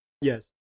Yes